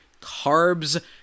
carbs